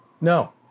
No